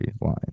line